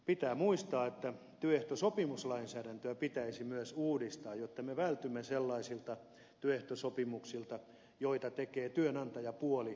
pitää muistaa että työehtosopimuslainsäädäntöä pitäisi myös uudistaa jotta me vältymme sellaisilta työehtosopimuksilta joita tekee työnantajapuoli molemmin puolin